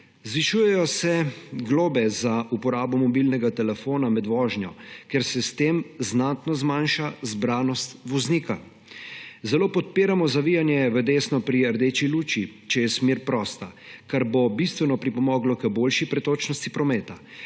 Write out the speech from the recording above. Zvišujejo se globe za uporabo mobilnega telefona med vožnjo, ker se s tem znatno zmanjša zbranost voznika. Zelo podpiramo zavijanje v desno pri rdeči luči, če je smer prosta, kar bo bistveno pripomoglo k boljši pretočnosti prometa.